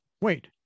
Wait